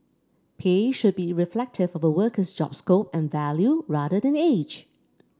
pay should be reflective of a worker's job scope and value rather than age